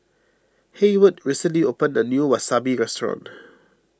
Heyward recently opened a new Wasabi restaurant